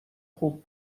خوب